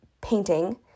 painting